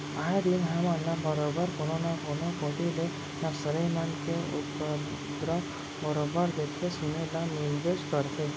आए दिन हमन ल बरोबर कोनो न कोनो कोती ले नक्सली मन के उपदरव बरोबर देखे सुने ल मिलबेच करथे